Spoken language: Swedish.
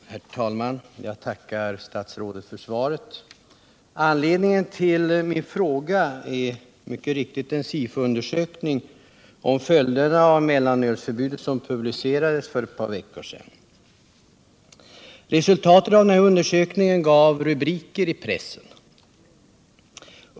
Herr talman! Jag tackar statsrådet för svaret på min fråga. Anledningen till denna är mycket riktigt en SIFO-undersökning om följderna av mellanölsförbudet, som publicerades för ett par veckor sedan. Resultatet av denna undersökning gav rubriker i pressen.